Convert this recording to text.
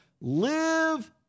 Live